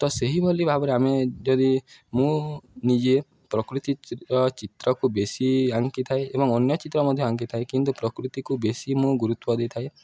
ତ ସେହିଭଲି ଭାବରେ ଆମେ ଯଦି ମୁଁ ନିଜେ ପ୍ରକୃତିର ଚିତ୍ରକୁ ବେଶୀ ଆଙ୍କିଥାଏ ଏବଂ ଅନ୍ୟ ଚିତ୍ର ମଧ୍ୟ ଆଙ୍କିଥାଏ କିନ୍ତୁ ପ୍ରକୃତିକୁ ବେଶୀ ମୁଁ ଗୁରୁତ୍ଵ ଦେଇଥାଏ